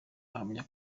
ahamya